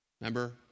Remember